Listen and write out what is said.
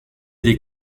des